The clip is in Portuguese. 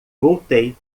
voltei